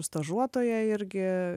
stažuotoja irgi